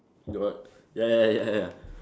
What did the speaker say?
don't want ya ya ya ya